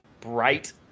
bright